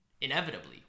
inevitably